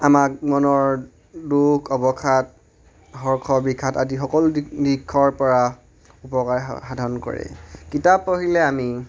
আমাক মনৰ দুখ অৱসাদ হৰ্ষ বিষাদ আদি সকলো দিশৰ পৰা উপকাৰ সাধন কৰে কিতাপ পঢ়িলে আমি